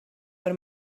per